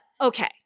okay